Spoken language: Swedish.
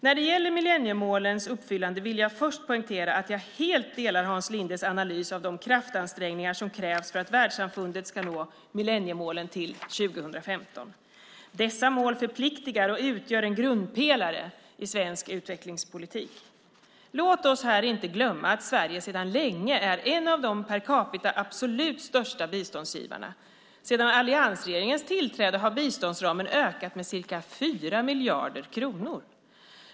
När det gäller millenniemålens uppfyllande vill jag först poängtera att jag helt delar Hans Lindes analys av de kraftansträngningar som krävs för att världssamfundet ska nå millenniemålen till 2015. Dessa mål förpliktar och utgör en grundpelare i svensk utvecklingspolitik. Låt oss här inte glömma att Sverige sedan länge är en av de per capita absolut största biståndsgivarna. Sedan alliansregeringens tillträde har biståndsramen ökat med ca 4 miljarder kronor.